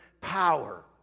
power